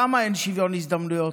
למה אין שוויון הזדמנויות?